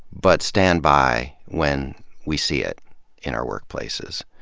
but stand by when we see it in our workplaces.